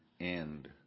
end